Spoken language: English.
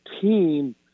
team